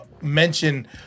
mention